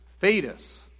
fetus